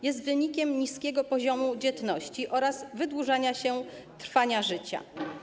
Jest on wynikiem niskiego poziomu dzietności oraz wydłużania się trwania życia.